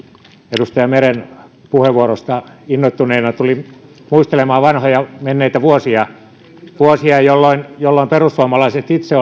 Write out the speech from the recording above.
edustaja meren puheenvuorosta innoittuneena tulin muistelemaan vanhoja menneitä vuosia vuosia jolloin jolloin perussuomalaiset itse